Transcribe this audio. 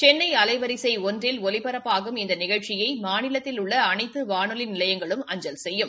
சென்னை அலைவரிசை ஒன்றில் ஒலிபரப்பாகும் இந்த நிகழ்ச்சியை மாநிலததில் உள்ள அனைத்து வானொலி நிலையங்களும் அஞ்சல் செய்யும்